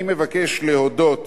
אני מבקש להודות